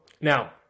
Now